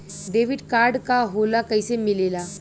Debit card का होला कैसे मिलेला?